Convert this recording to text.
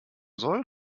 soll